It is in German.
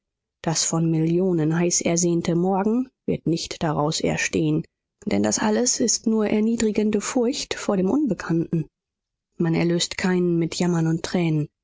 das von millionen heiß ersehnte morgen wird nicht daraus erstehen denn das alles ist nur erniedrigende furcht vor dem unbekannten man erlöst keinen mit jammern und tränen